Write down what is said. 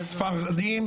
איזה גיור,